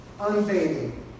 Unfading